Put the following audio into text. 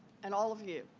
and all of you,